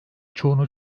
çoğunu